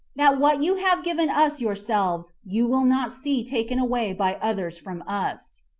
that what you have given us yourselves you will not see taken away by others from us.